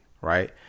Right